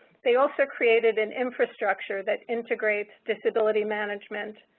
they also created an infrastructure that integrates disability management,